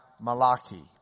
Malachi